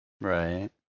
Right